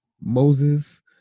Moses